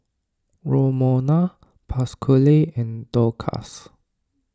Romona Pasquale and Dorcas